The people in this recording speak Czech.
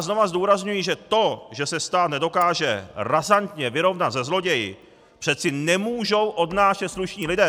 Znovu zdůrazňuji, že to, že se stát nedokáže razantně vyrovnat se zloději, přeci nemůžou odnášet slušní lidé!